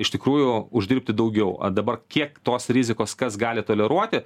iš tikrųjų uždirbti daugiau a dabar kiek tos rizikos kas gali toleruoti